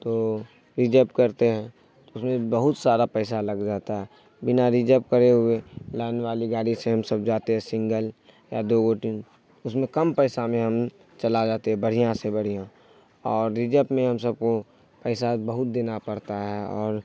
تو ریزرو کرتے ہیں اس میں بہت سارا پیسہ لگ جاتا ہے بنا ریزرو کرے ہوئے لائن والی گاڑی سے ہم سب جاتے ہیں سنگل یا دو گوٹ اس میں کم پیسہ میں ہم چلا جاتے ہیں بڑھیاں سے بڑھیاں اور ریجو میں ہم سب کو پیسہ بہت دینا پڑتا ہے اور